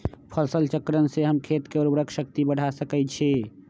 फसल चक्रण से हम खेत के उर्वरक शक्ति बढ़ा सकैछि?